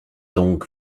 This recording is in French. donc